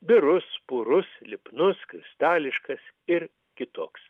birus purus lipnus kristališkas ir kitoks